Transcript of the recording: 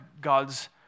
God's